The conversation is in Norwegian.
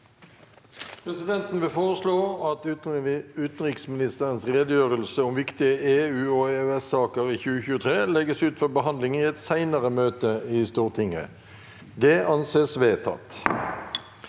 Presidenten vil foreslå at utenriksministerens redegjørelse om viktige EU- og EØS-saker i 2023 legges ut til behandling i et senere møte i Stortinget. – Det anses vedtatt.